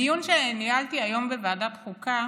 בדיון שניהלתי היום בוועדת החוקה